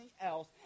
else